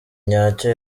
nyacyo